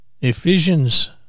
Ephesians